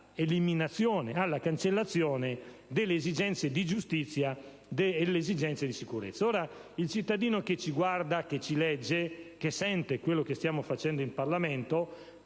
personalistiche, alla cancellazione delle esigenze di giustizia e di sicurezza. Il cittadino che ci guarda, che ci legge, che sente quello che stiamo facendo in Parlamento